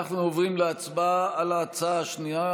אנחנו עוברים להצבעה על ההצעה השנייה,